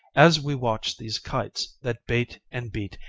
as we watch these kites that bate and beat,